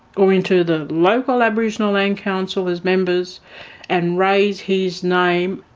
or into the local aboriginal land council as members and raise his name,